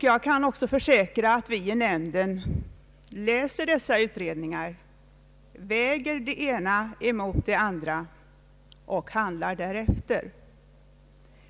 Jag kan också försäkra att vi i nämnden läser dessa utredningar och väger det ena mot det andra samt handlar därefter.